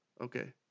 okay